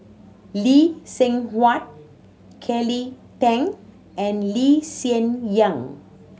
Lee Seng Huat Kelly Tang and Lee Hsien Yang